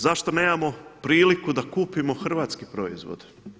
Zašto nemamo priliku da kupimo hrvatski proizvod?